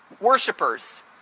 worshippers